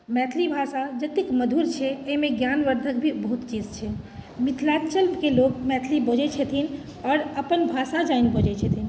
मैथिली भाषा जतेक मधुर छै एहिमे ज्ञानवर्धक भी बहुत चीज छै मिथलाञ्चलके लोक मैथिली बजैत छथिन आओर अपन भाषा जानि बजैत छथिन